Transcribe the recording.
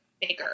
bigger